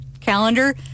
calendar